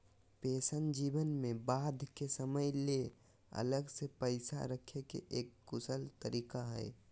pension जीवन में बाद के समय ले अलग से पैसा रखे के एक कुशल तरीका हय